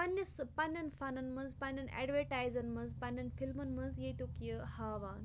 پنٛنِس پنٛںٮ۪ن فَنَن منٛز پنٛںٮ۪ن اٮ۪ڈوَٹایزَن منٛز پنٛنٮ۪ن فِلمَن منٛز ییٚتیُک یہِ ہاوان